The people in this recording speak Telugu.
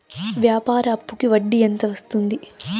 వ్యాపార అప్పుకి వడ్డీ ఎంత వస్తుంది?